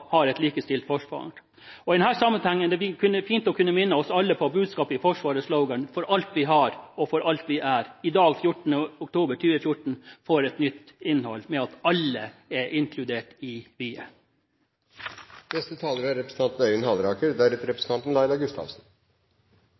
har et likestilt forsvar. I denne sammenhengen er det fint å kunne minne oss alle på at budskapet i Forsvarets slogan – «For alt vi har. Og alt vi er» – i dag, 14. oktober 2014, får et nytt innhold, med at alle er inkludert i «vi er». Jeg er